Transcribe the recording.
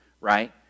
Right